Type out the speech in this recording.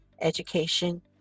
education